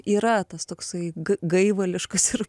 yra tas toksai gaivališkas ir